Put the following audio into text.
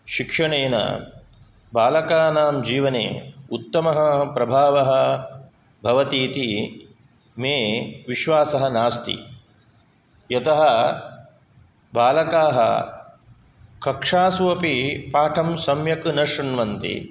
शिक्षणेन बालकानां जीवने उत्तमः प्रभावः भवति इति मे विश्वासः नास्ति यतः बालकाः कक्षासु अपि पाठं सम्यक् न शृण्वन्ति